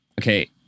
okay